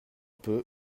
peu